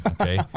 Okay